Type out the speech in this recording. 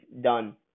done